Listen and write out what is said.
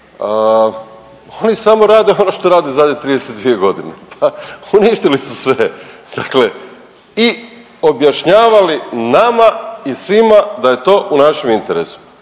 Oni samo rade ono što rade zadnje 32.g., pa uništili su sve dakle i objašnjavali nama i svima da je to u našem interesu,